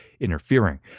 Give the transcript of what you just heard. interfering